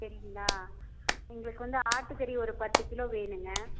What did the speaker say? சரிங்களா எங்களுக்கு வந்து ஆட்டுக்கறி ஒரு பத்து கிலோ வேனுங்க